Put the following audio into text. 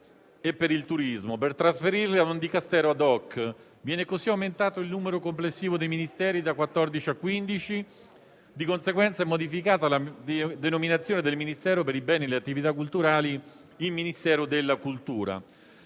e per il turismo, per trasferirle a un Dicastero *ad hoc*. Viene così aumentato il numero complessivo dei Ministeri da 14 a 15. Di conseguenza è modificata la denominazione del Ministero per i beni e le attività culturali in Ministero della cultura.